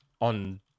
on